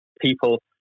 people